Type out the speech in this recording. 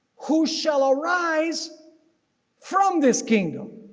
who shall arise from this kingdom.